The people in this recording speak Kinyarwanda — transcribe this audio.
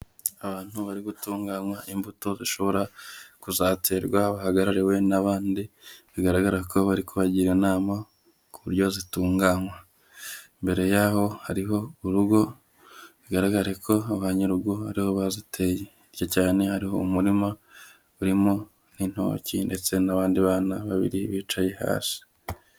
Abantu bari gutunganya imbuto zishobora kuzaterwa bahagarariwe n'abandi bigaragara ko bari kubagira inama ku buryo zitunganywa. Imbere yaho hariho urugo bigaragare ko ba nyirurugo aribo baziteye cyane hariho umurima urimo intoki ndetse n'abandi bana babiri bicaye hasi.